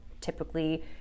Typically